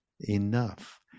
enough